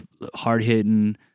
hard-hitting